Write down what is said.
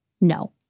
No